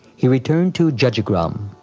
he returned to jajigram.